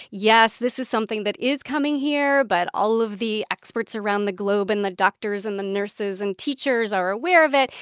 yes, this is something that is coming here, but all of the experts around the globe and the doctors and the nurses and teachers are aware of it,